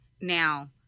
Now